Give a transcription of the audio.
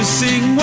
sing